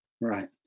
Right